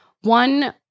one